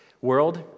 world